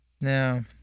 Now